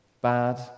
bad